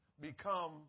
become